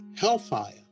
hellfire